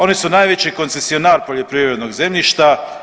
Oni su najveći koncesionar poljoprivrednog zemljišta.